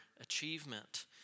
achievement